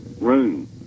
room